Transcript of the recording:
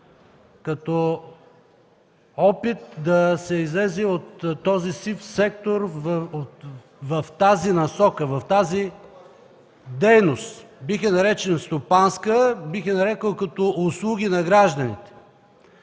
като опит да се излезе от сивия сектор в тази насока, в тази дейност. Бих я нарекъл стопанска, бих я нарекъл услуга на гражданите.